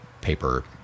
paper